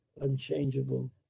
unchangeable